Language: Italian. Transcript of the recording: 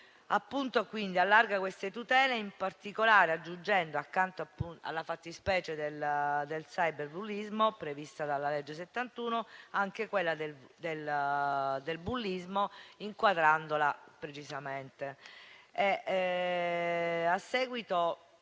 Quindi, allarga queste tutele, in particolare aggiungendo, accanto alla fattispecie del cyberbullismo, prevista dalla legge n. 71, anche quella del bullismo, inquadrandola precisamente.